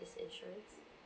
this insurance